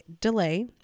delay